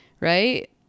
right